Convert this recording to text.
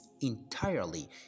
entirely